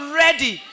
ready